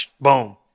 boom